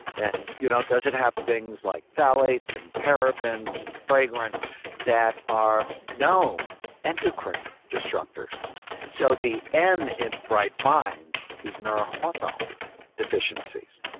and you know does it have things like phthalates, and parabens, and fragrant that are known endocrine disruptors so the n in bright minds is neurohormone deficiencies,